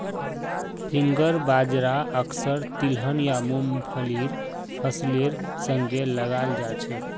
finger बाजरा अक्सर तिलहन या मुंगफलीर फसलेर संगे लगाल जाछेक